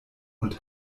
und